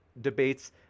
debates